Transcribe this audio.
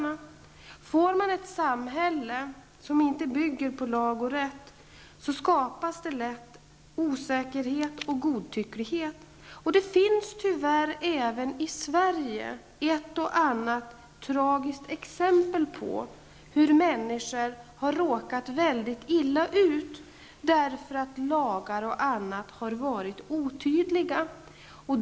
Om man har ett samhälle som inte bygger på lag och rätt skapas lätt osäkerhet och godtycklighet. Det finns tyvärr även i Sverige ett och annat tragiskt exempel på att människor har råkat mycket illa ut därför att lagar har varit otydliga.